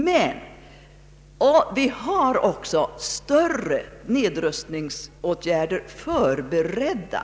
Men vi har också större nedrustningsåtgärder förberedda.